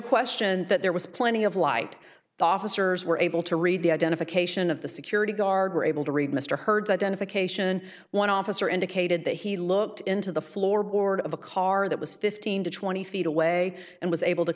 question that there was plenty of light the officers were able to read the identification of the security guard were able to read mr hurd's identification one officer indicated that he looked into the floorboard of a car that was fifteen to twenty feet away and was able to